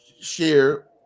share